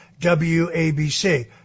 WABC